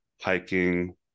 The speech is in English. hiking